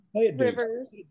Rivers